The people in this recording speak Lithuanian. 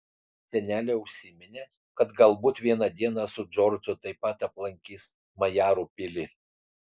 senelė užsiminė kad galbūt vieną dieną su džordžu taip pat aplankys majarų pilį